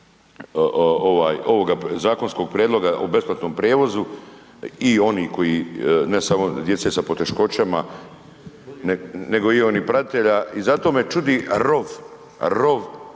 ovoga zakonskog prijedloga o besplatnom prijevozu i oni koji ne samo djece sa poteškoćama, nego i oni pratitelja i zato me čudi rov, rov